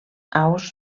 aus